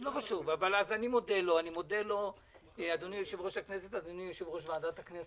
מודה לו על זה